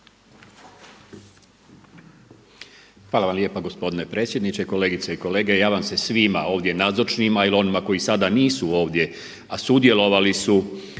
Hvala vam lijepa gospodine predsjedniče, kolegice i kolege. Ja vam se svima ovdje nazočnima ili onima koji sada nisu ovdje a sudjelovali su